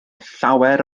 llawer